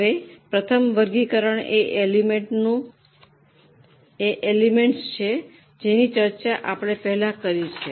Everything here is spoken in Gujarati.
હવે પ્રથમ વર્ગીકરણ એ એલિમેન્ટનું છે જેની ચર્ચા આપણે પહેલાં કરી છે